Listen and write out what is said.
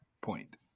point